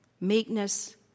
meekness